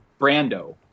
Brando